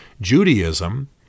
Judaism